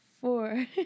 four